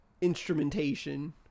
instrumentation